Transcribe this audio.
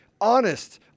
honest